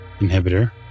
inhibitor